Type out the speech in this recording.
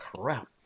crap